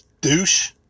douche